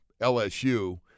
LSU